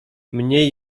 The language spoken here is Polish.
mniej